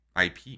IP